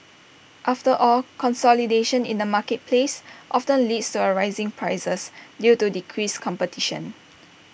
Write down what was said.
after all consolidation in the marketplace often leads to A rising prices due to decreased competition